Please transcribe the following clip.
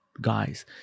guys